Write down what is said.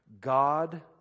God